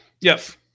Yes